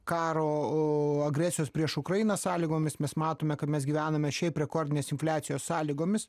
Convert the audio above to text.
karo agresijos prieš ukrainą sąlygomis mes matome kad mes gyvename šiaip rekordinės infliacijos sąlygomis